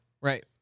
Right